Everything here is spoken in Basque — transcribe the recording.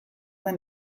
den